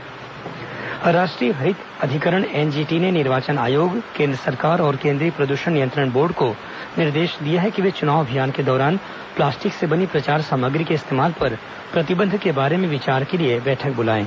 NGT निर्देश राष्ट्रीय हरित अधिकरण एनजीटी ने निर्वाचन आयोग केन्द्र सरकार और केन्द्रीय प्रदूषण नियंत्रण बोर्ड को निर्देश दिया है कि वे चुनाव अभियान के दौरान प्लास्टिक से बनी प्रचार सामग्री के इस्तेमाल पर प्रतिबंध के बारे में विचार के लिए बैठक बुलाएं